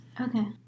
Okay